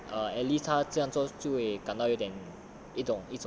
ya err at least 他这样做就会感到有点